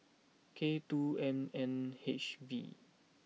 K two M N H V